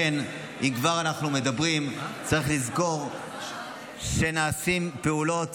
אם כבר אנחנו מדברים, צריך לזכור שנעשות פעולות